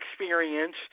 experience